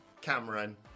cameron